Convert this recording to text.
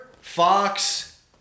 fox